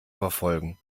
verfolgen